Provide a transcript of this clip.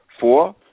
Four